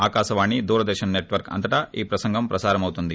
Akashvani Doordarshan network అంతటా ఈ ప్రసంగం ప్రసారమవుతుంది